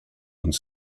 und